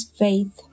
faith